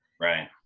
Right